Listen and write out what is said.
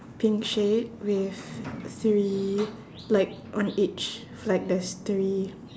pink shade with three like on each like there's three